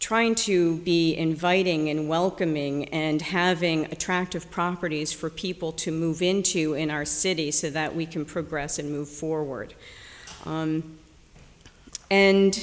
trying to be inviting and welcoming and having attractive properties for people to move into in our city so that we can progress and move forward